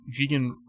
Jigen